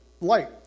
light